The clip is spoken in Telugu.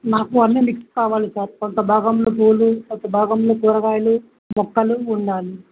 నాకు అన్నీ మిక్స్ కావాలి సార్ కొంత భాగంలో పూలు కొంత భాగంలో కూరగాయలు మొక్కలు ఉండాలి